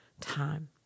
time